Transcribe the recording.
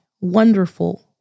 wonderful